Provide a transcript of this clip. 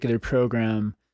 program